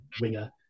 winger